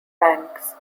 banks